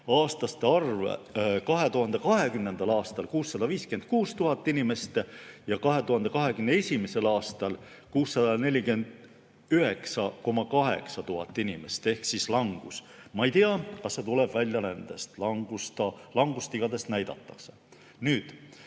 15–17-aastaste arv 2020. aastal 656 000 inimest ja 2021. aastal 649 800 inimest ehk siis langus. Ma ei tea, kas see tuleb väljarändest. Langust igatahes näidatakse. Meie